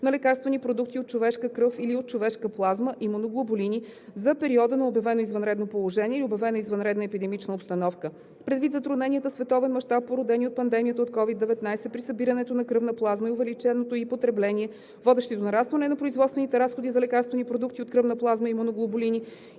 на лекарствени продукти от човешка кръв или от човешка плазма – имуноглобулини, за периода на обявено извънредно положение или обявена извънредна епидемична обстановка. Предвид затрудненията в световен мащаб, породени от пандемията от COVID-19, при събирането на кръвна плазма и увеличеното ѝ потребление, водещи до нарастване на производствените разходи за лекарствени продукти от кръвна плазма – имуноглобулини,